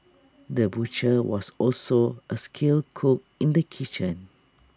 the butcher was also A skilled cook in the kitchen